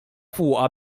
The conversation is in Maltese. fuqha